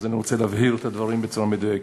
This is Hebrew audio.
אני רוצה להבהיר את הדברים בצורה מדויקת.